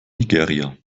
nigeria